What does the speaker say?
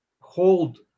hold